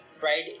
right